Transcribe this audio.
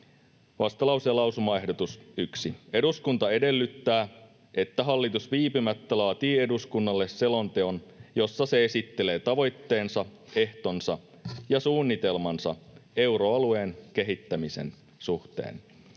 Vastalauseen lausumaehdotus 1: ”Eduskunta edellyttää, että hallitus viipymättä laatii eduskunnalle selonteon, jossa se esittelee tavoitteensa, ehtonsa ja suunnitelmansa euroalueen kehittämisen suhteen.”